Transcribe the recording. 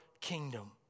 kingdom